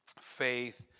faith